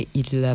il